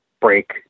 break